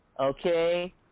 okay